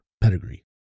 pedigree